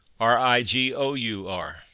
R-I-G-O-U-R